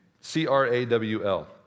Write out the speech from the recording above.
C-R-A-W-L